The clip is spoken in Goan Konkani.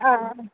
आं